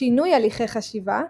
שינוי הליכי חשיבה,